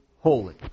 holy